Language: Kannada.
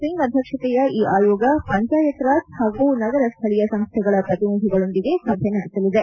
ಸಿಂಗ್ ಅಧ್ಯಕ್ಷತೆಯ ಈ ಆಯೋಗ ಪಂಚಾಯತ್ ರಾಜ್ ಹಾಗೂ ನಗರ ಸ್ವಳೀಯ ಸಂಸ್ವೆಗಳ ಪ್ರತಿನಿಧಿಗಳೊಂದಿಗೆ ಸಭೆ ನಡೆಸಲಿದೆ